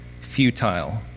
futile